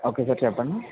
okay sir చెప్పండి